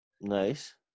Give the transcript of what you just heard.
Nice